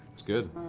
that's good.